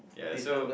ya so